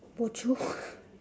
bo jio